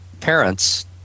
parents